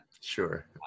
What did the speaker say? sure